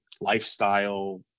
lifestyle